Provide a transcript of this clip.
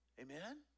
Amen